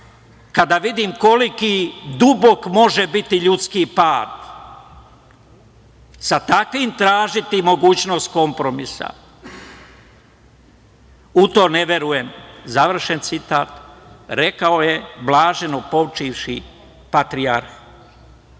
kada vidim koliki dubok može biti ljudski pad. Sa takvim tražiti mogućnost kompromisa, u to ne verujem". To je rekao blaženopočivši patrijarh